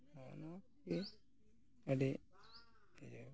ᱱᱚᱜᱼᱚᱸᱭ ᱟᱹᱰᱤ ᱤᱭᱟᱹ